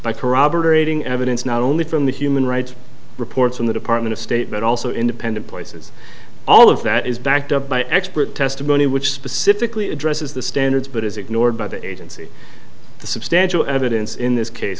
by corroborating evidence not only from the human rights reports from the department of state but also independent voices all of that is backed up by expert testimony which specifically addresses the standards but is ignored by the agency the substantial evidence in this case